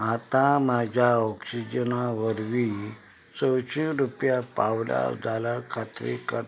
आतां म्हज्या ऑक्सिजना वरवीं सयशें रुपया पावल्या जाल्यार खात्री करता